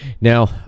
Now